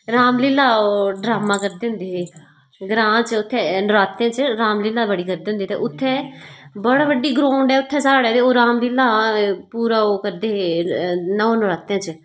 रामलीला ओह् ड्रामा करदे होंदे हे ग्रां च उत्थै नरातें च रामलीला बड़ी करदे होंदे ते उत्थै बडा बड़ी ग्राउंड ऐ उत्थै साढ़े ते ओह् रामलीला पूरा ओह् करदे हे नौ नरातें च